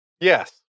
Yes